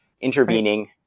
intervening